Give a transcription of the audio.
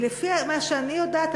כי לפי מה שאני יודעת,